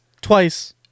Twice